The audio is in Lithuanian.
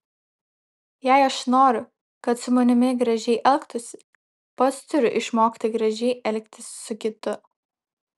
jei aš noriu kad su manimi gražiai elgtųsi pats turiu išmokti gražiai elgtis su kitu